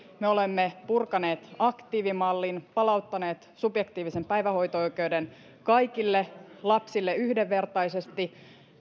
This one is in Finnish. me olemme purkaneet aktiivimallin palauttaneet subjektiivisen päivähoito oikeuden kaikille lapsille yhdenvertaisesti